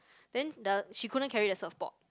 then the she couldn't carry the surf board